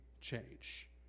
change